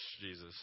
Jesus